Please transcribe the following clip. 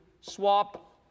swap